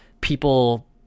people